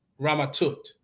Ramatut